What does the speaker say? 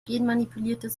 genmanipuliertes